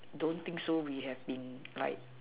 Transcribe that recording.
don't think so we have been like